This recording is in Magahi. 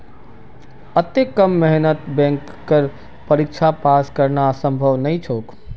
अत्ते कम मेहनतत बैंकेर परीक्षा पास करना संभव नई छोक